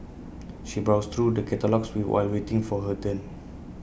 she browsed through the catalogues we while waiting for her turn